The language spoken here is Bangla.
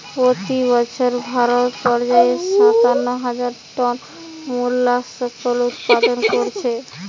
পোতি বছর ভারত পর্যায়ে সাতান্ন হাজার টন মোল্লাসকস উৎপাদন কোরছে